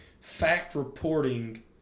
fact-reporting